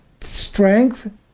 strength